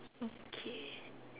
okay